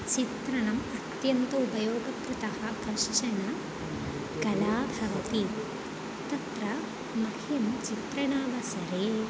चित्रम् अत्यन्तम् उपयोगकृतः कश्चन कला भवति तत्र मह्यं चित्रणावसरे